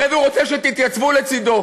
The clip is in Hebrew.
אחרי זה הוא רוצה שתתייצבו לצידו